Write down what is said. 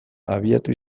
abiatu